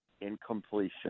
incompletion